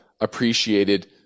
appreciated